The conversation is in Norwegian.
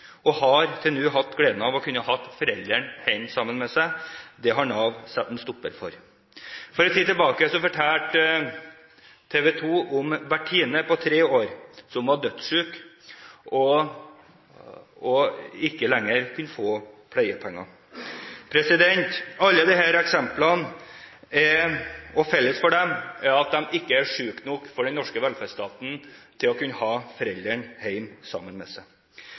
og de har til nå hatt gleden av å kunne ha foreldrene hjemme sammen med seg. Det har Nav satt en stopper for. For en tid tilbake fortalte TV 2 om Bertine på tre år, som var dødssyk og ikke lenger kunne få pleiepenger. Felles for alle disse eksemplene er at en ikke er syk nok for den norske velferdsstaten til å kunne ha foreldrene hjemme sammen med seg.